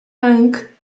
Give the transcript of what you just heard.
hung